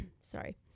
sorry